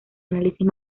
análisis